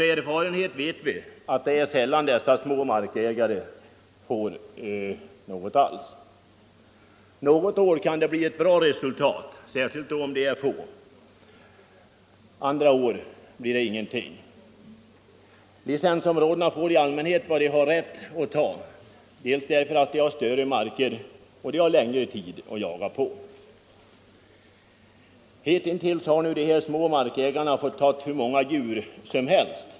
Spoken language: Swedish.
Av erfarenhet vet vi att det är sällan som dessa små markägare får något alls. Vissa år kan det bli ett bra resultat, särskilt om det är få jägare, medan det andra år inte blir någonting. Licensområdena får i allmänhet vad de har rätt att ta dels därför att man där har större marker, dels därför att man har längre tid att jaga på. Hitintills har de markägare som stått utanför licensområdena fått ta hur många djur som helst.